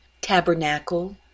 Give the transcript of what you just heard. tabernacle